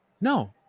no